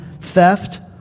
theft